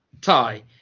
tie